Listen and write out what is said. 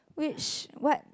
wish what